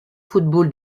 football